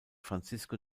francisco